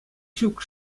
ҫук